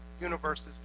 universes